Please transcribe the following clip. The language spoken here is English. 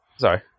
Sorry